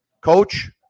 Coach